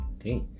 Okay